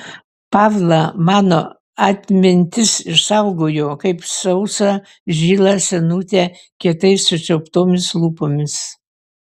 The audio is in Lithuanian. pavlą mano atmintis išsaugojo kaip sausą žilą senutę kietai sučiauptomis lūpomis